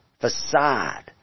facade